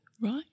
Right